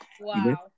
wow